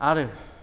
आरो